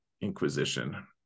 Inquisition